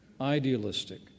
idealistic